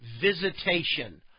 visitation